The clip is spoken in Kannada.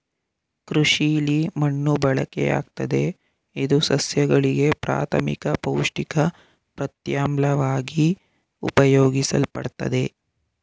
ಕೃಷಿಲಿ ಮಣ್ಣು ಬಳಕೆಯಾಗ್ತದೆ ಇದು ಸಸ್ಯಗಳಿಗೆ ಪ್ರಾಥಮಿಕ ಪೌಷ್ಟಿಕ ಪ್ರತ್ಯಾಮ್ಲವಾಗಿ ಉಪಯೋಗಿಸಲ್ಪಡ್ತದೆ